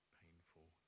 painful